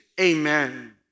amen